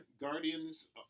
Guardians